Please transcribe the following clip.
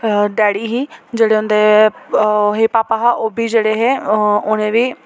daddy ही जेह्ड़े उं'दे ओह् हे पापा हे ओह् बी जेह्ड़े हे उ'नें बी